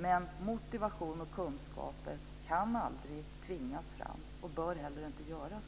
men man kan aldrig tvinga fram motivation och kunskaper, och det bör man inte heller försöka göra.